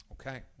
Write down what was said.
okay